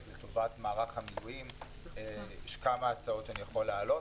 לטובת מערך המילואים יש כמה הצעות שאני יכול להעלות.